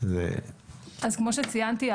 אז כמו שציינתי,